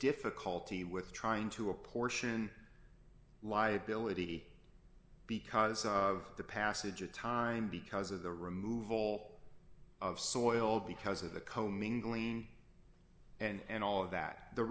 difficulty with trying to apportion liability because of the passage of time because of the removal of soil because of the commingling and all of that the